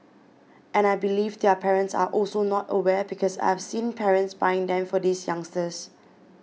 and I believe their parents are also not aware because I have seen parents buying them for these youngsters